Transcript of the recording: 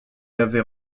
avait